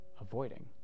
avoiding